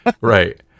right